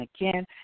again